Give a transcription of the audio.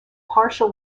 partial